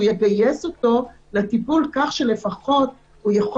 והוא יגייס אותו לטיפול כך שלפחות הוא יכול